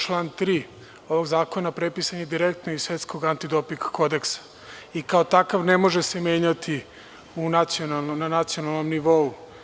Član 3. ovog zakona prepisan je direktno iz Svetskog antidoping kodeksa i, kao takav, ne može se menjati na nacionalnom nivou.